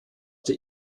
der